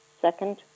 Second